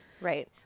Right